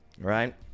right